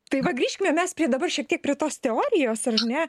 tai va grįškime mes dabar šiek tiek prie tos teorijos ar ne